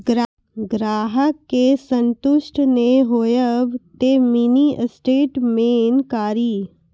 ग्राहक के संतुष्ट ने होयब ते मिनि स्टेटमेन कारी?